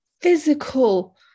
physical